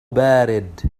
بارد